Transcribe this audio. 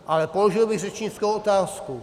Ale položil bych řečnickou otázku.